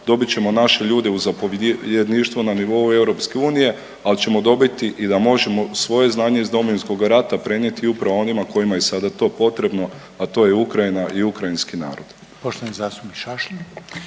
dobit ćemo naše ljude u zapovjedništvu na nivou EU, ali ćemo dobiti i da možemo svoje znanje iz Domovinskog rata prenijeti upravo onima kojima je sada to potrebno, a to je Ukrajina i ukrajinski narod.